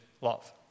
love